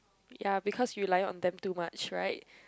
ya because you relying on them too much right